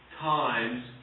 times